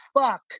fuck